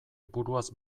buruaz